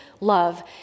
love